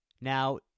Now